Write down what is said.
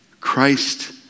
Christ